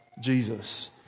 Jesus